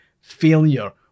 failure